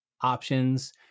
options